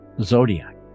zodiac